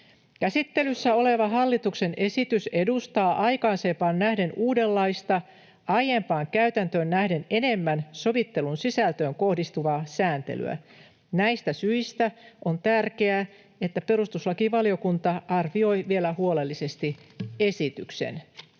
Käsittelyssä oleva hallituksen esitys edustaa aikaisempaan nähden uudenlaista, aiempaan käytäntöön nähden enemmän sovittelun sisältöön kohdistuvaa sääntelyä. Näistä syistä on tärkeää, että perustuslakivaliokunta arvioi vielä huolellisesti esityksen.”